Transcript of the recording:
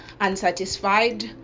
unsatisfied